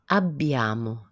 abbiamo